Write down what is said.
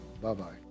Bye-bye